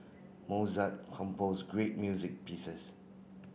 Mozart compose great music pieces